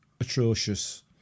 atrocious